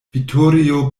vittorio